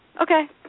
Okay